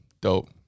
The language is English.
dope